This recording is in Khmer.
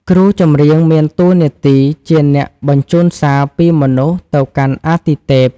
គ្រូចម្រៀងមានតួនាទីជាអ្នកបញ្ជូនសារពីមនុស្សទៅកាន់អាទិទេព។